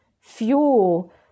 fuel